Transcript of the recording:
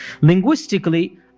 Linguistically